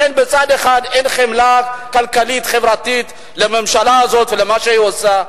לכן מצד אחד אין חמלה כלכלית-חברתית לממשלה הזאת ולמה שהיא עושה,